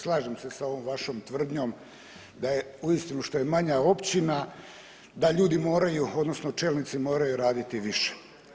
Slažem se sa ovom vašom tvrdnjom da je uistinu što je manja općina da ljudi moraju, odnosno čelnici moraju raditi više.